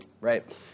right